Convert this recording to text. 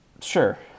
Sure